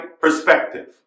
perspective